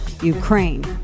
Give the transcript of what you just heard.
Ukraine